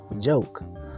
joke